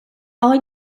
але